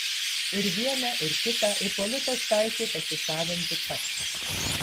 ir vieną ir kitą ipolitas taikė pasisavinti pats